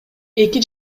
эки